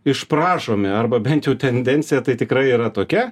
išprašomi arba bent jau tendencija tai tikrai yra tokia